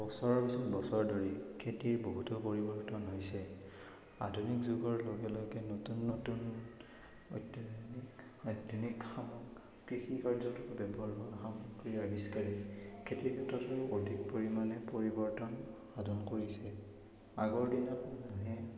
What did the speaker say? বছৰৰ পিছত বছৰ ধৰি খেতিৰ বহুতো পৰিৱৰ্তন হৈছে আধুনিক যুগৰ লগে লগে নতুন নতুন অত্যাধুনিক আধুনিক সামগ্ৰী কৃষি কাৰ্যটো ব্যৱহাৰ হোৱা সামগ্ৰীৰ আৱিষ্কাৰে খেতিৰ পথাৰতো অধিক পৰিমাণে পৰিৱৰ্তন সাধন কৰিছে আগৰ দিনত মানুহে